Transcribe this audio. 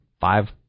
five